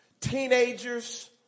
teenagers